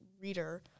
reader